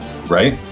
Right